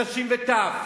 נשים וטף.